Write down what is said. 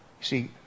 See